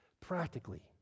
practically